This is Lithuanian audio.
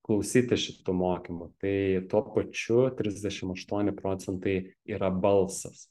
klausytis šitų mokymų tai tuo pačiu trisdešim aštuoni procentai yra balsas